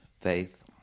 faith